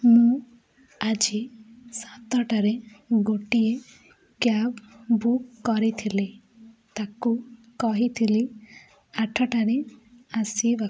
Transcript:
ମୁଁ ଆଜି ସାତଟାରେ ଗୋଟିଏ କ୍ୟାବ୍ ବୁକ୍ କରିଥିଲି ତାକୁ କହିଥିଲି ଆଠଟାରେ ଆସିବାକୁ